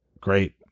Great